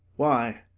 why,